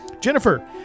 Jennifer